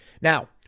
Now